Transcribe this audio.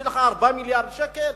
יש לך 4 מיליארדי שקלים,